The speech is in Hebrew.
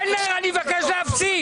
קלנר, אני מבקש להפסיק.